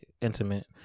intimate